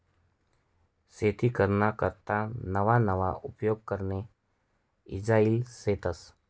शेती कराना करता नवा नवा उपकरणे ईजायेल शेतस